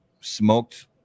smoked